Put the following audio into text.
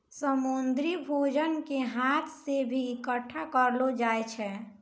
समुन्द्री भोजन के हाथ से भी इकट्ठा करलो जाय छै